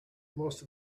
most